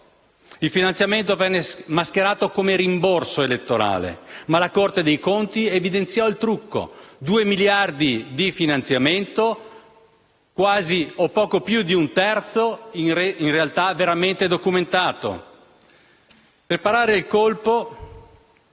Il finanziamento venne mascherato da rimborso elettorale, ma la Corte dei conti ha evidenziato il trucco: due miliardi di finanziamento, dei quali poco più di un terzo veramente documentato. Per parare il colpo